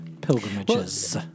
pilgrimages